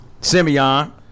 Simeon